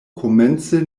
komence